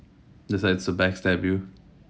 decides to backstab you